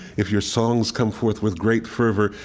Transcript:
if your songs come forth with great fervor,